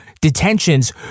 detentions